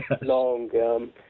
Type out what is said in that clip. long